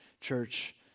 Church